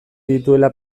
dituela